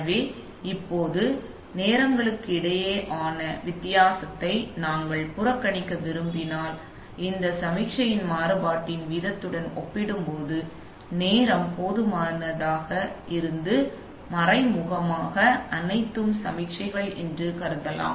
எனவே இப்போது நேரங்களுக்கிடையேயான வித்தியாசத்தை நீங்கள் புறக்கணிக்க விரும்பினால் இந்த சமிக்ஞைகளின் மாறுபாட்டின் வீதத்துடன் ஒப்பிடும்போது நேரம் போதுமானதாக இருந்து மறைமுகமாக அனைத்தும் சமிக்ஞைகள் என்று கருதுங்கள்